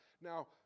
now